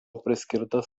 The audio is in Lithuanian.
priskirtas